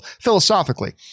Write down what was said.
philosophically